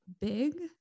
big